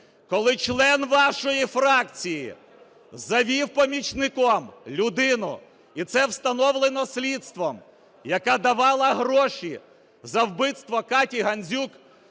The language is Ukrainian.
коли член вашої фракції завів помічником людину - і це встановлено слідством, - яка давала гроші за вбивство Каті Гандзюк.